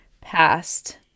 past